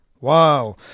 Wow